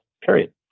period